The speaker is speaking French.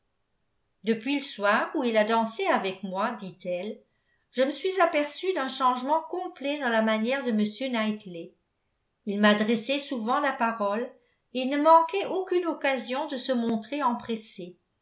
depuis le soir où il a dansé avec moi dit-elle je me suis aperçue d'un changement complet dans la manière de m knightley il m'adressait souvent la parole et ne manquait aucune occasion de se montrer